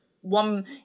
one